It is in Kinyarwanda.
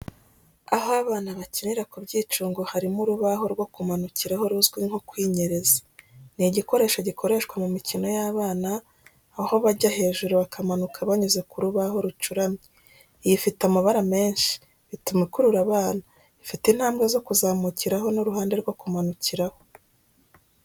Aho abana bakinira ku byicungo harimo urubaho rwo kumanukiraho ruzwi nko kwinyereza. Ni igikoresho gikoreshwa mu mikino y’abana aho bajya hejuru bakamanuka banyuze ku rubaho rucuramye. Iyi ifite amabara menshi, bituma ikurura abana. Ifite intambwe zo kuzamukiraho n’uruhande rwo kumanukiraho.